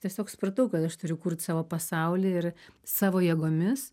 tiesiog supratau kad aš turiu kurt savo pasaulį ir savo jėgomis